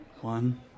one